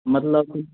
मतलब